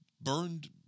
burned